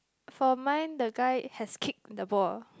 for mine the guy has kick the ball